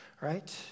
right